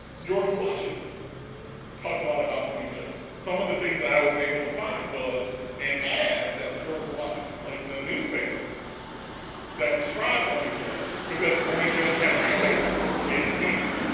george washington talked a lot about oney judge. some of the things that i was able to find was an and ad that george washington placed in a newspaper that described oney judge because oney judge had run away from him. she had escaped.